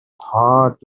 hard